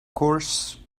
course